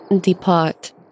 depart